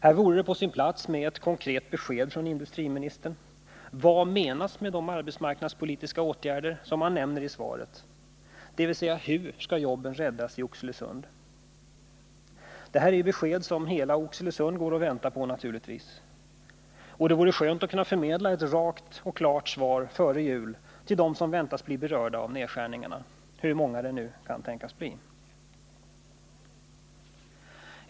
Här vore det på sin plats med ett konkret besked från industriministern: 161 Vad menas med de arbetsmarknadspolitiska åtgärder som han nämner i svaret — dvs. hur skall jobben räddas i Oxelösund? Det här är besked som hela Oxelösund går och väntar på, naturligtvis. Det vore skönt att kunna förmedla ett rakt och klart svar före jul till dem som väntas bli berörda av nedskärningarna, hur många det nu kan tänkas bli.